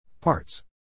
Parts